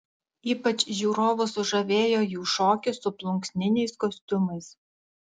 ypač žiūrovus sužavėjo jų šokis su plunksniniais kostiumais